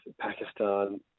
Pakistan